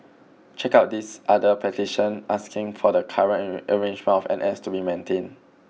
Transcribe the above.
check out this other petition asking for the current arrangement of N S to be maintained